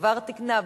וכבר תוקנה,